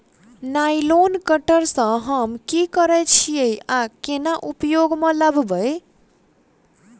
Nylon cutter सँ हम की करै छीयै आ केना उपयोग म लाबबै?